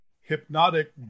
hypnotic